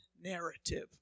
narrative